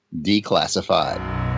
Declassified